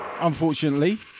unfortunately